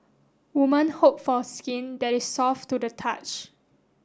women hope for skin that is soft to the touch